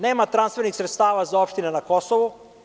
Nema transfernih sredstava za opštine na Kosovu.